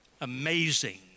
Amazing